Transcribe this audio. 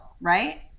Right